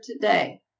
today